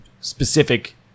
specific